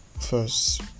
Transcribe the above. first